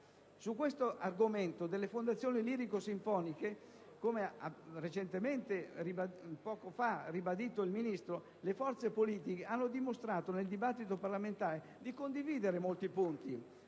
Sull'argomento delle fondazioni lirico-sinfoniche, come ha ribadito poco fa anche il Ministro, le forze politiche hanno dimostrato nel dibattito parlamentare di condividere molti punti.